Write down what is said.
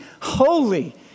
holy